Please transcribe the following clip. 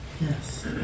yes